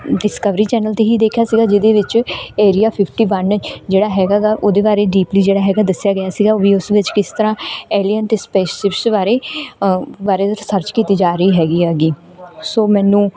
Discovery channel 'ਤੇ ਹੀ ਦੇਖਿਆ ਸੀਗਾ ਜੀਹਦੇ ਵਿੱਚ ਏਰੀਆ ਫਿਫਟੀ ਵਨ ਜਿਹੜਾ ਹੈਗਾ ਗਾ ਉਹਦੇ ਬਾਰੇ ਡੀਪਲੀ ਜਿਹੜਾ ਹੈਗਾ ਦੱਸਿਆ ਗਿਆ ਸੀਗਾ ਵੀ ਉਸ ਵਿੱਚ ਕਿਸ ਤਰ੍ਹਾਂ ਐਲੀਅਨ 'ਤੇ ਸਪੇਸ਼ਿਪਸ ਬਾਰੇ ਬਾਰੇ ਰਿਸਰਚ ਕੀਤੀ ਜਾ ਰਹੀ ਹੈਗੀ ਹੈਗੀ ਸੋ ਮੈਨੂੰ